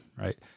right